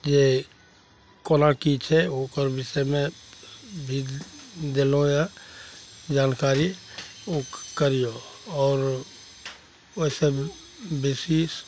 जे कोना कि छै ओकर विषयमे भी देलहुँ यऽ जानकारी ओ करिऔ आओर ओहिसे बेसी